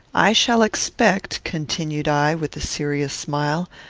i shall expect, continued i, with a serious smile,